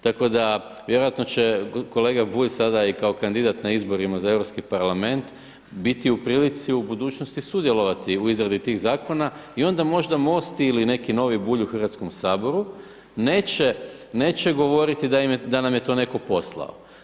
Tako da, vjerojatno će i kolega Bulj, sada i kao kandidat na izborima za Europski parlament, biti u prilici u budućnosti sudjelovati u izradi tih zakona, i onda možda Most ili neki novi Bulj u Hrvatskom saboru, neće govoriti da nam je to netko poslao.